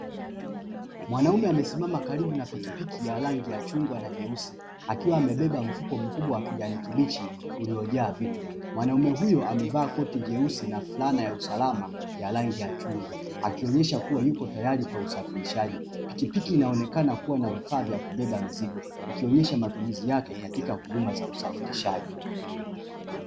Mwanaume amesimama karibu na pikipiki ya rangi ya chungwa na nyeusi, akiwa amebeba mfuko mkubwa wa kijani kibichi uliojaa vitu, mwanaume huyo amevaa koti jeusi na flana ya usalama yenye rangi ya chungwa akionyesha kua yuko tayari kwa usafirishaji. Pikipiki inaonekana kuwa na vifaa ya kubeba mizigo, ikionyesha matumizi yake katika usafirishaji.